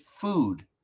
food